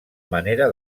manera